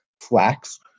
flax